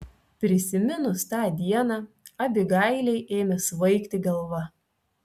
prisiminus tą dieną abigailei ėmė svaigti galva